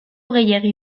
gehiegi